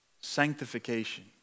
sanctification